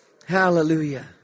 Hallelujah